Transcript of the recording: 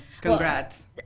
Congrats